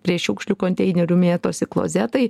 prie šiukšlių konteinerių mėtosi klozetai